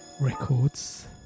Records